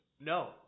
No